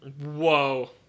whoa